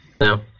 No